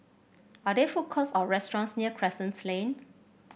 are there food courts or restaurants near Crescent Lane